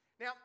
Now